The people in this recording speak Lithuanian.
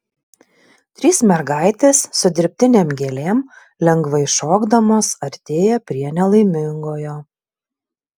trys mergaitės su dirbtinėm gėlėm lengvai šokdamos artėja prie nelaimingojo